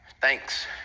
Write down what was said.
Thanks